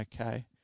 okay